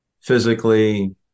physically